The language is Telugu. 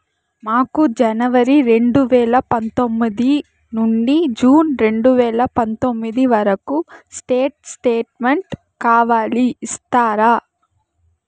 మాకు జనవరి రెండు వేల పందొమ్మిది నుండి జూన్ రెండు వేల పందొమ్మిది వరకు స్టేట్ స్టేట్మెంట్ కావాలి ఇస్తారా